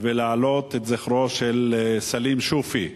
ולהעלות את זכרו של סלים שופי.